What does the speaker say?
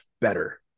better